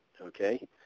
okay